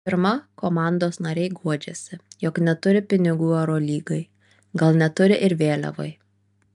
pirma komandos nariai guodžiasi jog neturi pinigų eurolygai gal neturi ir vėliavai